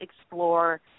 explore